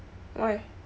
why